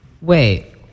Wait